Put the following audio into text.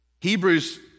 Hebrews